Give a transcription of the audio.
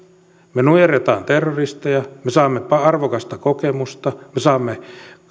me nujerramme terroristeja me saamme arvokasta kokemusta me saamme